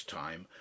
time